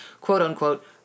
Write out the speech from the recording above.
quote-unquote